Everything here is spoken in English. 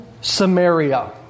Samaria